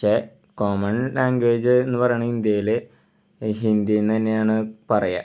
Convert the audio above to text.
പക്ഷേ common language എന്ന് പറയുന്നത് ഇന്ത്യയിലെ ഹിന്ദി എന്നു തന്നെയാണ് പറയുക